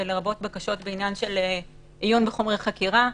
לרבות בקשות בעניין של עיון בחומרי חקירה,